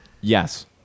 Yes